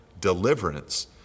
deliverance